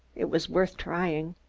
it was worth trying.